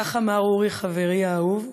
כך אמר אורי חברי האהוב.